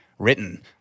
written